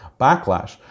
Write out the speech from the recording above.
Backlash